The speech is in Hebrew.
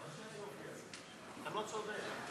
מה תגידו היום, כבוד הרב?